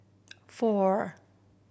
four